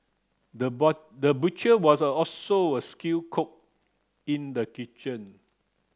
the the butcher was also a skilled cook in the kitchen